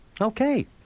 Okay